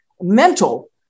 mental